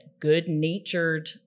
good-natured